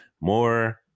more